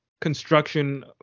construction